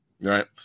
Right